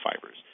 fibers